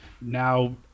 now